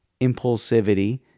impulsivity